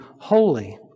holy